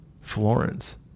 florence